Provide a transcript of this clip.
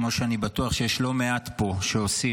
כמו שאני בטוח שיש לא מעט פה שעושים,